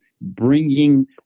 bringing